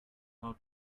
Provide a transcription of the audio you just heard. how